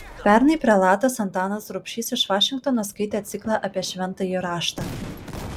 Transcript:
pernai prelatas antanas rubšys iš vašingtono skaitė ciklą apie šventąjį raštą